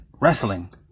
Wrestling